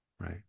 right